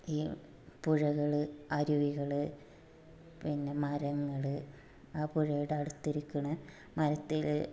ഈ പുഴകൾ അരുവികൾ പിന്നെ മരങ്ങൾ ആ പുഴയുടെ അടുത്തിരിക്കണ മരത്തിൽ